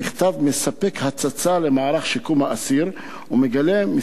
המכתב מספק הצצה למערך שיקום האסיר ומגלה כמה